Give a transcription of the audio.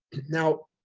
now,